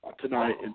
tonight